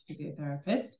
physiotherapist